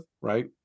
right